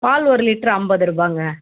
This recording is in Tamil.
பால் ஒரு லிட்ரு ஐம்பது ரூபாங்க